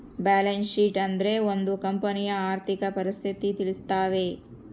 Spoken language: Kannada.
ಬ್ಯಾಲನ್ಸ್ ಶೀಟ್ ಅಂದ್ರೆ ಒಂದ್ ಕಂಪನಿಯ ಆರ್ಥಿಕ ಪರಿಸ್ಥಿತಿ ತಿಳಿಸ್ತವೆ